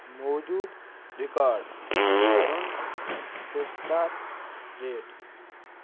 موجوٗد رکارڈ کَرُن ترٛےٚ سٹار ریٹ